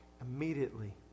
immediately